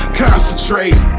concentrate